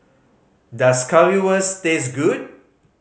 does Currywurst taste good